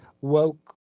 woke